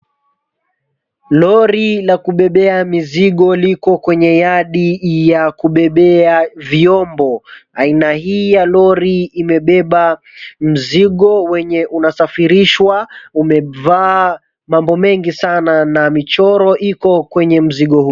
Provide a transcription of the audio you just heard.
Lori la kubebea mizigo liko kwenye yadi ya kubebea vyombo. Aina hii ya lori imebeba mzigo wenye unasafirishwa. Umevaa mambo mengi sana na michoro iko kwenye mzigo huu.